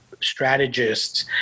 strategists